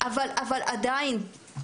אבל עדיין,